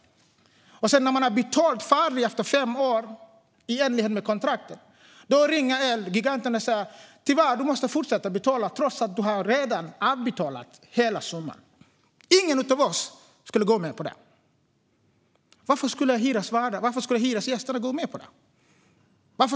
När man i enlighet med kontraktet har betalat för tv-apparaten eller diskmaskinen ringer Elgiganten och säger: Tyvärr, du måste fortsätta att betala trots att du redan har avbetalat hela summan. Fru talman! Jag tror inte att någon av oss i denna kammare skulle gå med på det. Varför ska då hyresgästerna gå med på detta?